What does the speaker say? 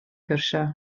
cyrsiau